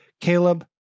Caleb